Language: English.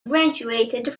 graduated